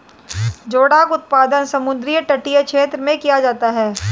जोडाक उत्पादन समुद्र तटीय क्षेत्र में किया जाता है